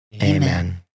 Amen